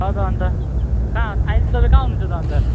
हजुर अन्त कहाँ अहिले त तपाईँ कहाँ हुनुहुन्छ त अन्त